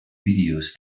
videos